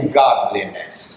godliness